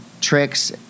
tricks